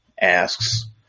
asks